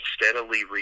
steadily